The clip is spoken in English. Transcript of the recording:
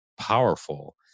powerful